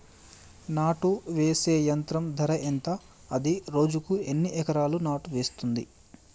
నాటు వేసే యంత్రం ధర ఎంత? అది రోజుకు ఎన్ని ఎకరాలు నాటు వేస్తుంది?